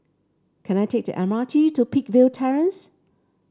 can I take the M R T to Peakville Terrace